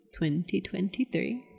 2023